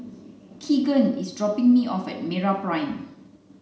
Keegan is dropping me off at MeraPrime